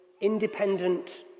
independent